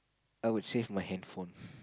I would save my handphone